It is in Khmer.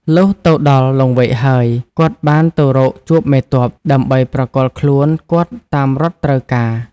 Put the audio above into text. លុះទៅដល់លង្វែកហើយ គាត់បានទៅរកជួបមេទ័ព ដើម្បីប្រគល់ខ្លួនគាត់តាមរដ្ឋត្រូវការ ។